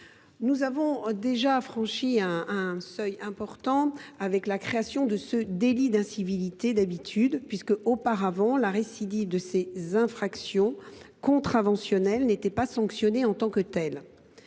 Nous avons déjà franchi un pas important avec la création de ce délit d’incivilité d’habitude, puisque, auparavant, la récidive de ces infractions contraventionnelles n’était pas sanctionnée en tant que telle.